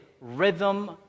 rhythm